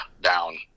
down